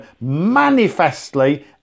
manifestly